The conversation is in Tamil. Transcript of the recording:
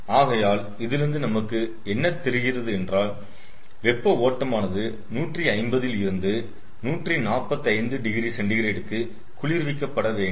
ஆகையால் இதிலிருந்து நமக்கு என்ன தெரிகிறது என்றால் வெப்ப ஓட்டமானது 150 ல் இருந்து 145oC க்கு குளிர்விக்க பட வேண்டும்